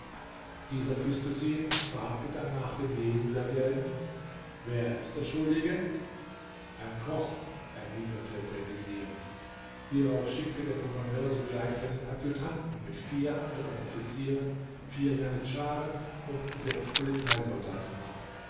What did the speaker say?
dieser küßte sie und fragte dann nach dem lesen derselben wer ist der schuldige ein koch erwiderte der vezier hierauf schickte der gouverneur sogleich seinen adjutanten mit vier anderen offizieren vier janitscharen und sechs polizeisoldaten ab